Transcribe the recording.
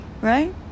right